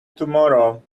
tomorrow